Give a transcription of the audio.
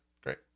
great